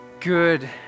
Good